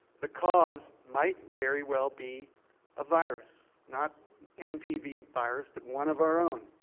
the cause might very well be a virus, not npv virus, but one of our own.